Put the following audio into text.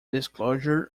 disclosure